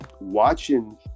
Watching